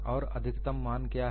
और अधिकतम मान क्या है